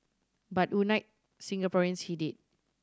but unite Singaporeans he did